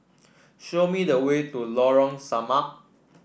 show me the way to Lorong Samak